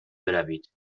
بروید